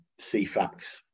cfax